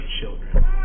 children